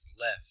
left